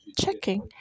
checking